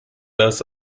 das